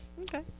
Okay